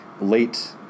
late